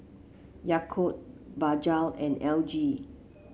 Yakult Bajaj and L G